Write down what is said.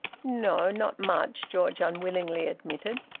no, not much, george unwillingly admitted.